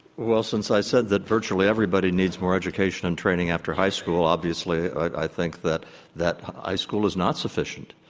well, since i said that virtually everybody needs more education and training after high school, obviously, i think that that high school is not sufficient.